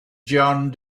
john